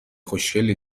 خوشگلی